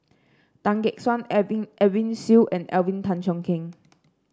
Tan Gek Suan Edwin Siew and Alvin Tan Cheong Kheng